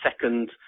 second